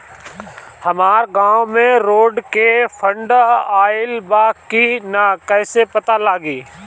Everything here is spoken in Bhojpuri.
हमरा गांव मे रोड के फन्ड आइल बा कि ना कैसे पता लागि?